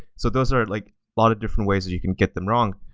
so those are a like lot of different ways that you can get them wrong.